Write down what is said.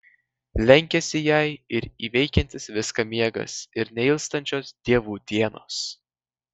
lenkiasi jai ir įveikiantis viską miegas ir neilstančios dievų dienos